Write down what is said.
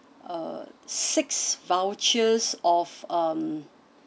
uh six vouchers of um